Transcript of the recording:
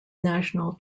national